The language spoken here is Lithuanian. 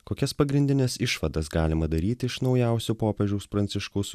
kokias pagrindines išvadas galima daryti iš naujausio popiežiaus pranciškaus